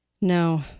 No